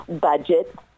budget